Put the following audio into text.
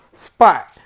spot